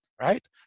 right